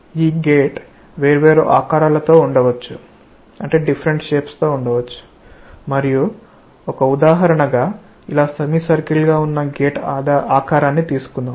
ఈ గేట్ వేర్వేరు ఆకారాలతో ఉండవచ్చు మరియు ఒక ఉదాహరణగా ఇలా సెమీ సర్కిల్ గా ఉన్న గేట్ ఆకారాన్ని తీసుకుందాం